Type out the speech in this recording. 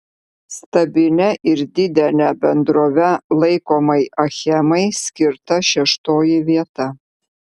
stabilia ir didele bendrove laikomai achemai skirta šeštoji vieta